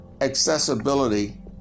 accessibility